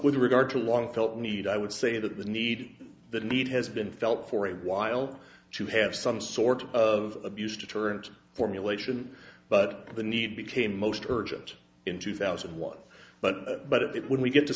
with regard to long felt need i would say that the need the need has been felt for a while to have some sort of abuse deterrent formulation but the need became most urgent in two thousand and one but but it when we get to